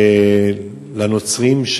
לנוצרים,